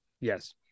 yes